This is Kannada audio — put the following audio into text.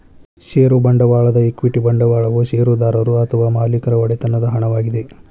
ಷೇರು ಬಂಡವಾಳದ ಈಕ್ವಿಟಿ ಬಂಡವಾಳವು ಷೇರುದಾರರು ಅಥವಾ ಮಾಲೇಕರ ಒಡೆತನದ ಹಣವಾಗಿದೆ